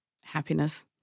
happiness